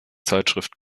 zeitschrift